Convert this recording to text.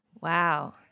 Wow